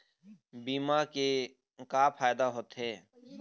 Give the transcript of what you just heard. बीमा के का फायदा होते?